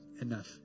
enough